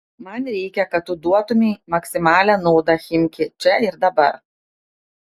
man reikia kad tu duotumei maksimalią naudą chimki čia ir dabar